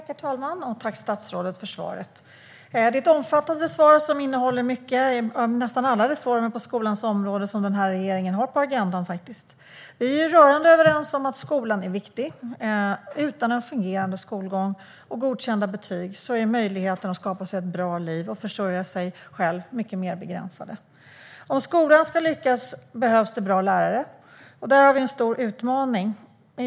Herr talman! Tack, statsrådet, för svaret! Det är ett omfattande svar som innehåller mycket - nästan alla reformer på skolans område som den här regeringen har på agendan. Vi är rörande överens om att skolan är viktig. Utan en fungerande skolgång och godkända betyg är möjligheterna att skapa sig ett bra liv och försörja sig själv mycket mer begränsade. Om skolan ska lyckas behövs det bra lärare. Där har vi en stor utmaning.